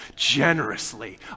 Generously